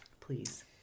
Please